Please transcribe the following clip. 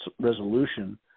resolution